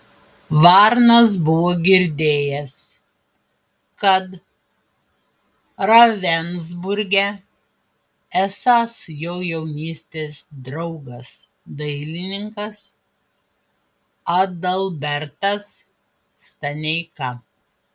varnas buvo girdėjęs kad ravensburge esąs jo jaunystės draugas dailininkas adalbertas staneika